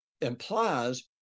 implies